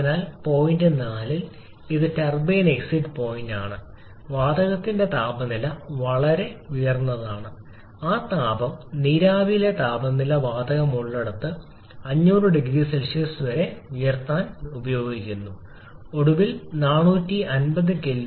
അതിനാൽ പോയിന്റ് 4 ൽ ഇത് ടർബൈൻ എക്സിറ്റ് പോയിന്റാണ് വാതകത്തിന്റെ താപനില വളരെ ഉയർന്നതാണ് ആ താപം നീരാവിയിലെ താപനില വാതകം ഉള്ളിടത്ത് 500 0 സി വരെ ഉയർത്താൻ ഉപയോഗിക്കുന്നു ഒടുവിൽ 450 കെ